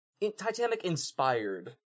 Titanic-inspired